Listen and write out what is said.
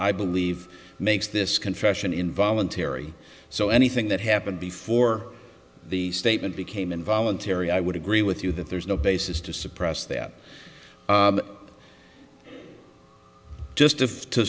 i believe makes this confession involuntary so anything that happened before the statement became involuntary i would agree with you that there's no basis to suppress that just if to